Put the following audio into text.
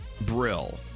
Brill